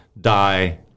die